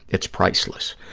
it's priceless.